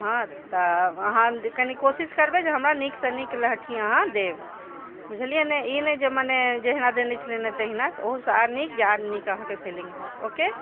हँ तऽ अहाँ कनी कोशिश करबै जे हमरा नीक सँ नीक लहठी अहाँ देब बुझलियै ने ई नहि जे मने जहिना देने छलियनि हैं तहिना ओहु सँ आर नीक जे आर नीक अहाँके सेलिंग हाएत ओके